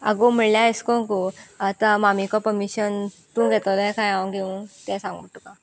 आगो म्हल्यार अशे करून गो आतां मामीको पर्मिशन तूं घेतले काय हांव घेवूं तें सांगू म्हणटा तुका